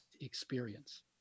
experience